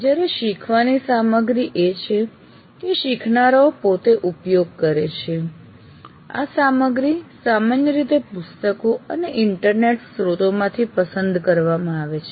જ્યારે શીખવાની સામગ્રી એ છે કે શીખનારાઓ પોતે ઉપયોગ કરે છે આ સામગ્રી સામાન્ય રીતે પુસ્તકો અને ઇન્ટરનેટ સ્રોતોમાંથી પસંદ કરવામાં આવે છે